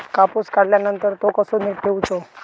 कापूस काढल्यानंतर तो कसो नीट ठेवूचो?